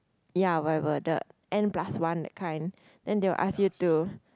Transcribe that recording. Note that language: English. ya when inverted N plus one that kind then they will ask you to